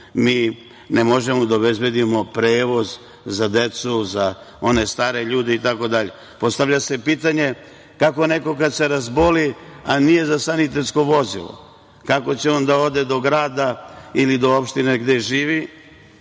mi ne možemo da obezbedimo prevoz za decu, za one stare ljude itd. Postavlja se pitanje – kako neko kad se razboli a nije za sanitetsko vozilo, kako će on da ode do grada ili do opštine gde živi